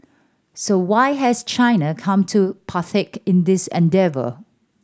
so why has China come to partake in this endeavour